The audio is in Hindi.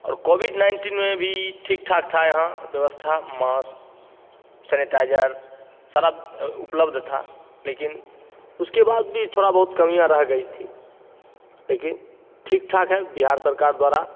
और कोविड नाइनटीन में भी ठीक ठाक था यहाँ व्यवस्था मास्क सेनेटाइजर सारा उपलब्ध था लेकिन उसके बाद भी थोड़ा बहुत कमियाँ रह गई थी लेकिन ठीक ठाक है बिहार सरकार द्वारा